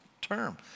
term